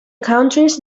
countries